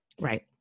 Right